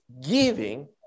giving